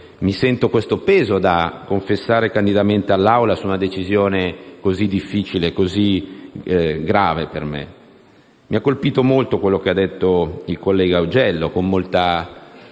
di più questo peso, da confessare candidamente all'Aula, su una decisione così difficile e così grave per me. Mi ha colpito molto quanto ha detto il collega Augello, con grande